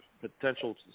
potential